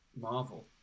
Marvel